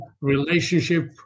relationship